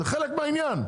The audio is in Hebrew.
זה חלק מהעניין.